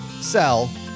sell